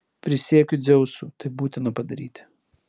prisiekiu dzeusu tai būtina padaryti